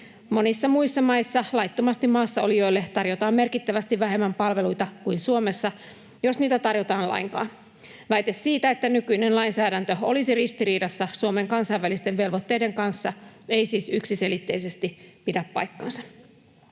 Monissa muissa maissa laittomasti maassa oleville tarjotaan merkittävästi vähemmän palveluita kuin Suomessa, jos niitä tarjotaan lainkaan. Väite siitä, että nykyinen lainsäädäntö olisi ristiriidassa Suomen kansainvälisten velvoitteiden kanssa, ei siis yksiselitteisesti pidä paikkaansa.